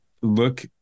look